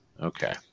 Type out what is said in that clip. Okay